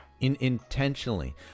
Intentionally